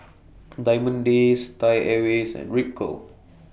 Diamond Days Thai Airways and Ripcurl